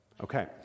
Okay